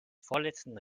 vorletzten